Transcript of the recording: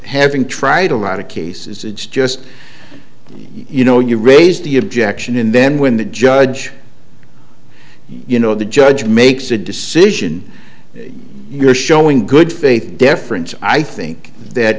having tried a lot of cases it's just you know you raise the objection and then when the judge you know the judge makes a decision you're showing good faith deference i think that